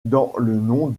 nom